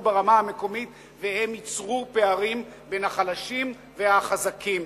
ברמה המקומית והן ייצרו פערים בין החלשים והחזקים,